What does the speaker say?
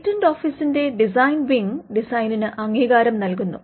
patent ഓഫീസിന്റെ design wing ഡിസൈനിന് അംഗീകാരം നൽകുന്നു